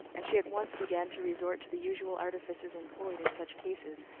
and she at once began to resort to the usual artifices employed in such cases,